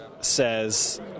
says